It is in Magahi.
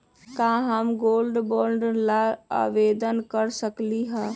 का हम गोल्ड बॉन्ड ला आवेदन कर सकली ह?